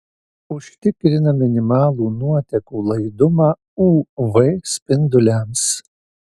užtikrina minimalų nuotekų laidumą uv spinduliams